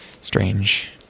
Strange